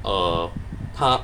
uh 他